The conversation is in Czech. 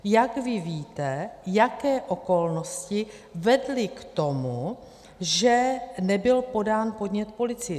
Jak vy víte, jaké okolnosti vedly k tomu, že nebyl podán podnět policii?